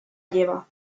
lleva